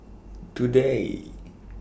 today